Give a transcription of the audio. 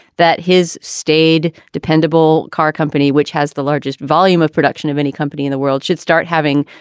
that his staid, dependable car company, which has the largest volume of production of any company in the world, should start having,